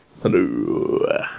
Hello